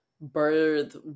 birth